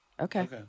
Okay